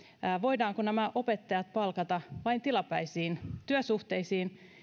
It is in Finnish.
voidaanko nämä opettajat palkata vain tilapäisiin työsuhteisiin